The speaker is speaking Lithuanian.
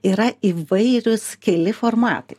yra įvairūs keli formatai